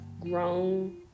grown